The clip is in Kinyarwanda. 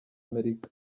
amerika